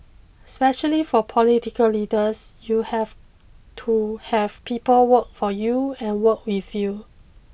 especially for political leaders you have to have people work for you and work with you